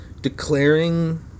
declaring